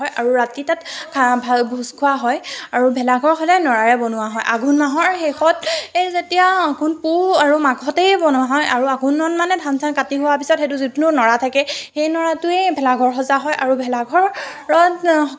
আৰু ৰাতি তাত ভোজ খোৱা হয় আৰু ভেলাঘৰ সদায় নৰাৰে বনোৱা হয় আঘোণ মাহৰ শেষত এই যেতিয়া অঘোণ পুহ আৰু মাঘতেই বনোৱা হয় আৰু আঘোণত মানে ধান চান কাটি হোৱাৰ পাছত সেইটো যোনটো নৰা থাকে সেই নৰাটোৱে ভেলাঘৰ সজা হয় আৰু ভেলাঘৰত